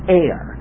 air